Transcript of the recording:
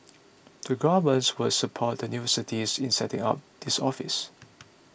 the governments will support the universities in setting up this office